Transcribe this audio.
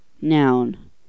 noun